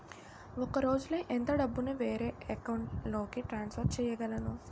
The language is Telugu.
ఒక రోజులో ఎంత డబ్బుని వేరే అకౌంట్ లోకి ట్రాన్సఫర్ చేయగలను?